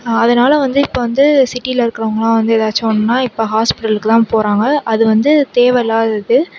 அதனால் வந்து இப்போ வந்து சிட்டியில இருக்கிறவங்கலாம் வந்து எதாச்சும் ஒன்றுனா இப்போ ஹாஸ்ப்பிட்டலுக்குதான் போகறாங்க அது வந்து தேவை இல்லாதது